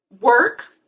work